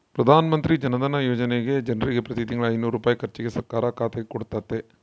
ಪ್ರಧಾನಮಂತ್ರಿ ಜನಧನ ಯೋಜನೆಗ ಜನರಿಗೆ ಪ್ರತಿ ತಿಂಗಳು ಐನೂರು ರೂಪಾಯಿ ಖರ್ಚಿಗೆ ಸರ್ಕಾರ ಖಾತೆಗೆ ಕೊಡುತ್ತತೆ